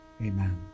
Amen